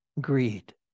greed